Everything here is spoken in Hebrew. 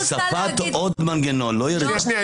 הוספת עוד מנגנון.